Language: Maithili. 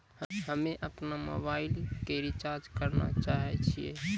हम्मे अपनो मोबाइलो के रिचार्ज करना चाहै छिये